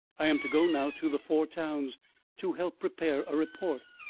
i am to go now to the four towns to help prepare a report.